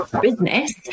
business